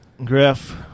Griff